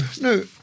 no